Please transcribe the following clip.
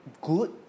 good